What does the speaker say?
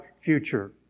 future